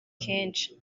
kenshi